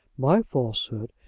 my falsehood,